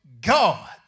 God